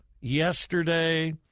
yesterday